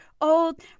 Old